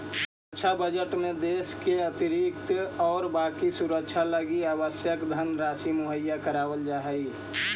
रक्षा बजट में देश के आंतरिक और बाकी सुरक्षा लगी आवश्यक धनराशि मुहैया करावल जा हई